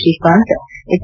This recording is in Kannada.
ಶ್ರೀಕಾಂತ್ ಎಚ್